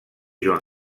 joan